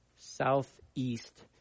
southeast